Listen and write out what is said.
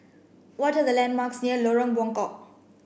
what are the landmarks near Lorong Buangkok